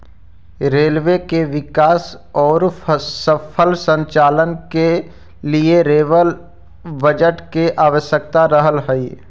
railway के विकास औउर सफल संचालन के लिए रेलवे बजट के आवश्यकता रहऽ हई